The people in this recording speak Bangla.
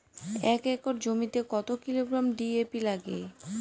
এক একর জমিতে কত কিলোগ্রাম ডি.এ.পি লাগে?